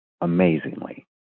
amazingly